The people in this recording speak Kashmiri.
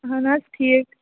اَہَن حظ ٹھیٖک